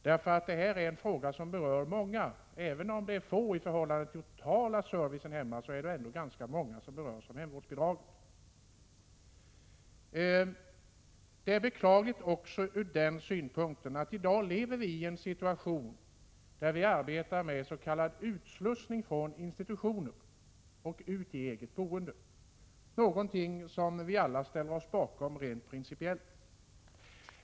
Det här är nämligen en fråga som berör många. Även om de är få i förhållande till den totala servicen i hemmen, är det ganska många som berörs av hemvårdsbidragen. Det är beklagligt också ur den synpunkten att vi i dag lever i en situation där vi arbetar med s.k. utslussning från institutioner till eget boende, någonting som vi alla ställer oss bakom rent principiellt.